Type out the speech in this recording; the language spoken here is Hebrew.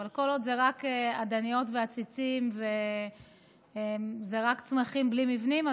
אבל כל עוד זה רק אדניות ועציצים וזה רק צמחים בלי מבנים,